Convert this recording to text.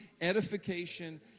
edification